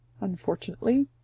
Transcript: unfortunately